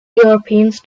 europeans